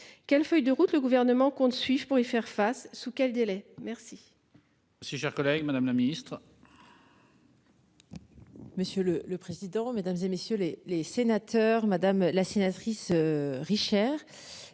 Quelle feuille de route le gouvernement qu'on ne suivent pour y faire face. Sous quel délai, merci.